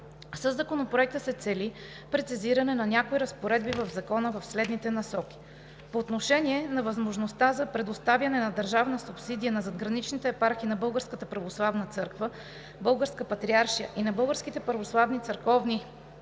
Със Законопроекта се цели прецизиране на някои разпоредби в Закона в следните насоки: - по отношение на възможността за предоставяне на държавна субсидия на задграничните епархии на Българската православна църква – Българска патриаршия, и на българските православни църковни